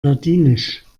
ladinisch